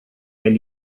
gen